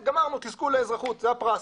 וגמרנו, תזכו לאזרחות, זה הפרס.